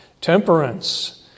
Temperance